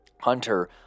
Hunter